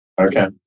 Okay